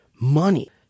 money